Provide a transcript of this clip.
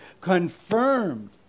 confirmed